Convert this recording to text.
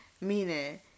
Meaning